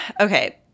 Okay